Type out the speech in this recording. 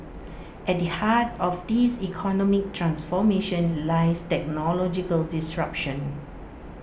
at the heart of this economic transformation lies technological disruption